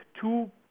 two